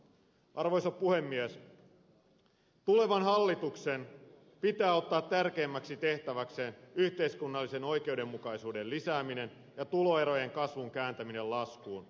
tulevan hallituksen pitää ottaa tärkeimmäksi tehtäväkseen yhteiskunnallisen oikeudenmukaisuuden lisääminen ja tuloerojen kasvun kääntäminen laskuun